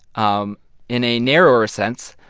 um in a narrower sense,